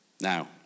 now